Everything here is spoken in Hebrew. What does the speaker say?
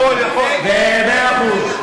במאה אחוז.